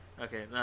okay